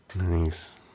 Nice